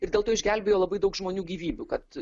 ir dėl to išgelbėjo labai daug žmonių gyvybių kad